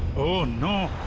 oh, no!